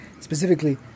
specifically